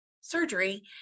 surgery